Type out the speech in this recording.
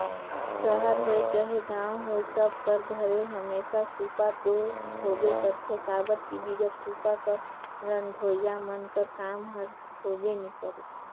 सहर होए चहे गाँव होए सब कर घरे हमेसा सूपा दो होबे करथे काबर कि बिगर सूपा कर रधोइया मन कर काम हर होबे नी करे